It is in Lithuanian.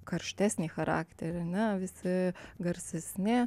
karštesnį charakterį ne visi garsesni